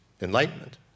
enlightenment